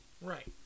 Right